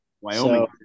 Wyoming